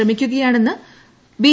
ശ്രമിക്കുകയാണെന്ന് ബി